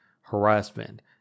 harassment